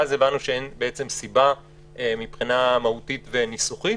ואז הבנו שאין סיבה מבחינה מהותית וניסוחית,